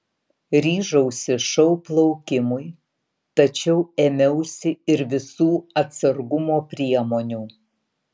ryžausi šou plaukimui tačiau ėmiausi ir visų atsargumo priemonių